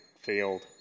field